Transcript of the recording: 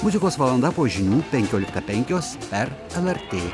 muzikos valanda po žinių penkioliktą penkios per lrt